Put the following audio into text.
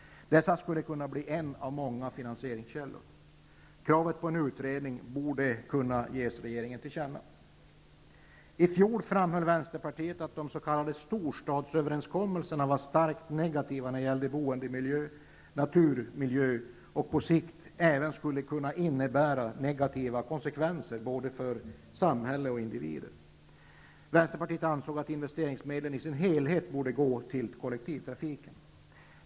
Detta skulle kunna bli en av många finansieringskällor. Kravet på en utredning borde kunna ges regeringen till känna. I fjol framhöll Vänsterpartiet att de s.k. storstadsöverenskommelserna var starkt negativa när det gäller boendemiljö, naturmiljö och på sikt även skulle kunna innebära starkt negativa ekonomiska konsekvenser både för samhälle och för individer. Vänsterpartiet ansåg att investeringsmedlen i sin helhet borde gå till kollektivtrafiken.